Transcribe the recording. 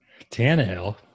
Tannehill